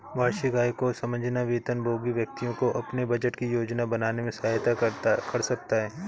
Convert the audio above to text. वार्षिक आय को समझना वेतनभोगी व्यक्तियों को अपने बजट की योजना बनाने में सहायता कर सकता है